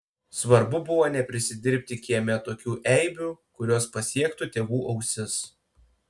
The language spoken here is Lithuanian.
svarbu buvo neprisidirbti kieme tokių eibių kurios pasiektų tėvų ausis